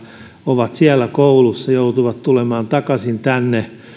ovat siellä koulussa ja joutuvat tulemaan takaisin tänne